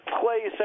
place